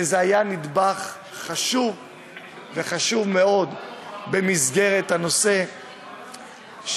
וזה היה נדבך חשוב מאוד במסגרת החוק.